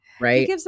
Right